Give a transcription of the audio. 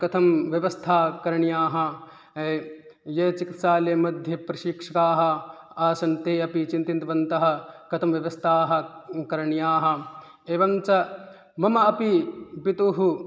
कथं व्यवस्थाः करणीया ये चिकित्सालयमध्ये प्रशिक्षिताः आसन् ते अपि चिन्तितवन्तः कथं व्यवस्थाः करणीयाः एवञ्च मम अपि पितुः